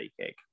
cake